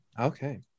Okay